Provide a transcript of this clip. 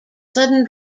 sudden